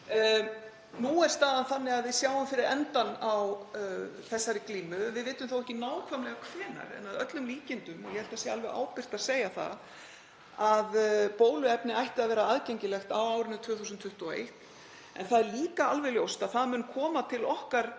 Nú er staðan þannig að við sjáum fyrir endann á þessari glímu, við vitum það ekki nákvæmlega, en að öllum líkindum, og ég held að sé alveg ábyrgt að segja það, ætti bóluefni að vera aðgengilegt á árinu 2021. En það er líka alveg ljóst að það mun koma til okkar